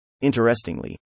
Interestingly